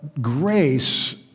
grace